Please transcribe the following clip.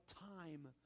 time